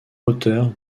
hauteur